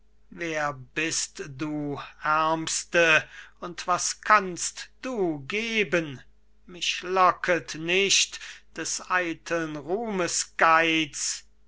wer bist du ärmste und was kannst du gebe mich locket nicht des eiteln ruhmes geiz